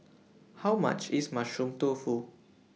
How much IS Mushroom Tofu